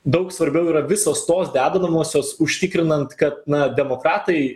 daug svarbiau yra visos tos dedamosios užtikrinant kad na demokratai